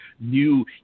new